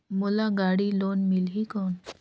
मोला गाड़ी लोन मिलही कौन?